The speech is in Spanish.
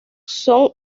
son